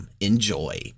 Enjoy